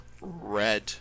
red